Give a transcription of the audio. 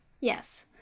Yes